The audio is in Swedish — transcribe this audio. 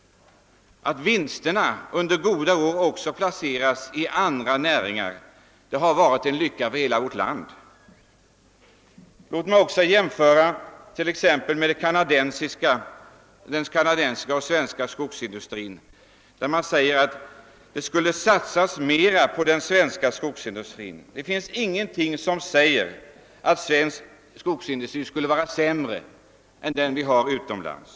Att vinsterna under goda år placerats i andra näringar har varit till lycka för hela vårt land. Vid en jämförelse mellan den kanadensiska och svenska skogsindustrin säger motionärerna att det borde satsas mer på den svenska skogsindustrin. Det finns emellertid ingenting som tyder på att den svenska skogsindustrin skulle vara sämre än den utomlands.